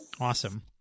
Awesome